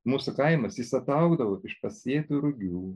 mūsų kaimas jis ataugdavo iš pasėtų rugių